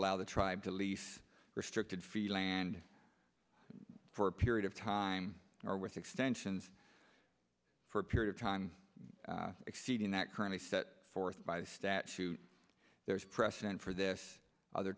allow the tribe to lease restricted feed land for a period of time or with extensions for a period of time exceeding that currently set forth by statute there's precedent for this other